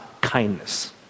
kindness